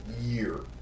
year